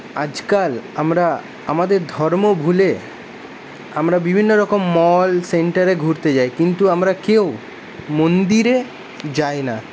আজকাল আমরা আমাদের ধর্ম ভুলে আমরা বিভিন্ন রকম মল সেন্টারে ঘুরতে যাই কিন্তু আমরা কেউ মন্দিরে যাই না